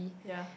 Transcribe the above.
ya